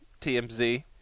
TMZ